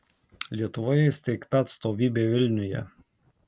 lietuvoje įsteigta atstovybė vilniuje